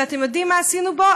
ואתם יודעים מה עשינו בו?